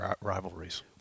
rivalries